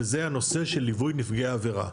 וזה הנושא של ליווי נפגעי עבירה.